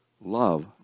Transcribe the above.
love